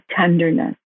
tenderness